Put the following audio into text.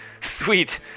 sweet